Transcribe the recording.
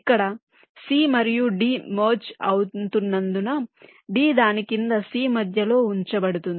ఇక్కడ c మరియు d merge అవుతున్నందున d దాని క్రింద c మధ్యలో ఉంచబడుతుంది